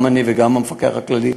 גם אני וגם המפקח הכללי,